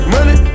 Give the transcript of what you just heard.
Money